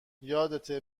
یادته